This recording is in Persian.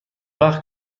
وقت